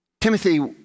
Timothy